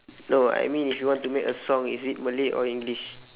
no I mean if you want to make a song is it malay or english